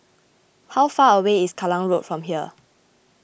how far away is Kallang Road from here